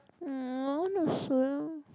mm I wanna swim